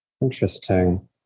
interesting